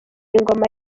ingoma